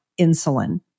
insulin